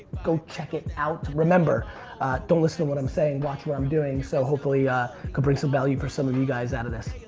go check it out. remember don't listen to what i'm saying, watch what i'm doing, so hopefully can bring some value for some of you guys out of this.